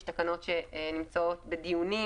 יש תקנות שנמצאות בדיונים,